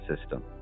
system